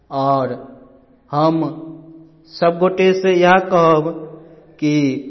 आओर हम सभगोटएसँ इएह कहब कि